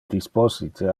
disposite